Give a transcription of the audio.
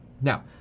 Now